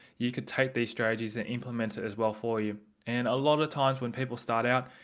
you can take these strategies and implement it as well for you. and a lot of times when people start out,